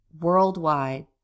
worldwide